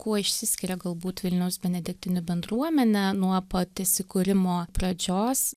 kuo išsiskiria galbūt vilniaus benediktinių bendruomenė nuo pat įsikūrimo pradžios